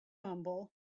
humble